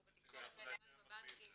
אנחנו בתקשורת מלאה עם הבנקים.